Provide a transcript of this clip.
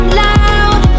loud